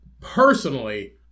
personally